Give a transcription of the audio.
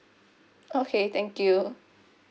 okay thank you